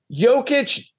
Jokic